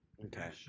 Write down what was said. Okay